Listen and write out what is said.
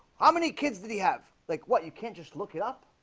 how many kids did he have like what you can't just look it up?